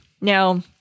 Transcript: Now